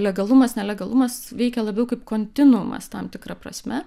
legalumas nelegalumas veikia labiau kaip kontinuumas tam tikra prasme